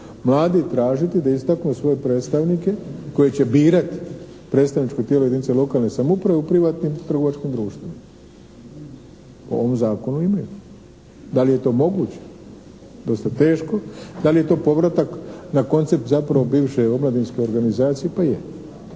mladi tražiti da istaknu svoje predstavnike koje će birati predstavničko tijelo jedinice lokalne samouprave u privatnim trgovačkim društvima. Po ovom zakonu imaju. Da li je to moguće? Dosta teško. Da li je to povratak na koncept zapravo bivše Omladinske organizacije? Pa je.